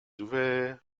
ouvert